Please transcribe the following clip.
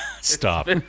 Stop